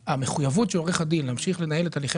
המחויבות של עורך הדין להמשיך לנהל את הליכי